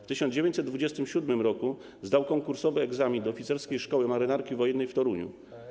W 1927 r. zdał konkursowy egzamin do Oficerskiej Szkoły Marynarki Wojennej w Toruniu.